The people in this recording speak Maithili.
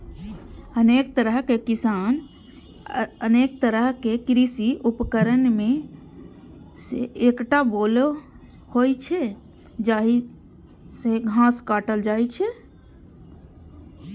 अनेक तरहक कृषि उपकरण मे सं एकटा बोलो होइ छै, जाहि सं घास काटल जाइ छै